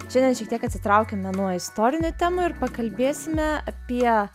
šiandien šiek tiek atsitraukime nuo istorinių temų ir pakalbėsime apie